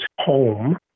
home